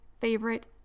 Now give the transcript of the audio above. favorite